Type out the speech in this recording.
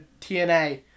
TNA